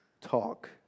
talk